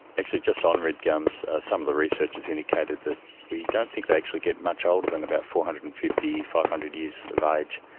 actually, just on red gums, some of the research has indicated that we don't think they actually get much older than about four hundred and fifty, five hundred years of age.